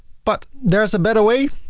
but, there's a better way.